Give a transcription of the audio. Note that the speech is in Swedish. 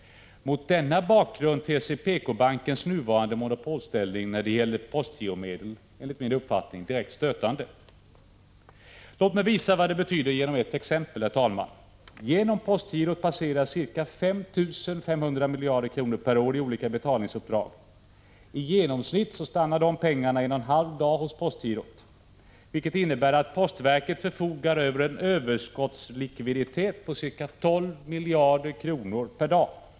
Mot denna bakgrund ter sig PK bankens nuvarande monopolställning när det gäller postgiromedel enligt min uppfattning direkt stötande. Låt mig visa vad denna monopolställning betyder med ett exempel: Genom postgirot passerar ca 5 500 miljarder kronor per år i olika betalningsuppdrag. I genomsnitt stannar pengarna en och en halv dag hos postgirot, vilket innebär att postverket förfogar över en överskottslikviditet på ca 12 miljarder kronor per dag.